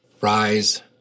Rise